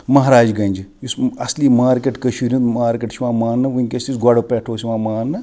مَہاراج گَنٛجہِ یُس اَصلی مارکیٹ کٔشیٖرِ ہُنٛد مارکیٹ چھُ یِوان ماننہٕ وٕنکیس تہِ یُس گۄڈٕ پٮ۪ٹھ چھُ یِوان ماننہٕ